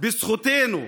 בזכותנו,